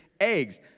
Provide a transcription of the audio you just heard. eggs